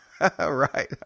Right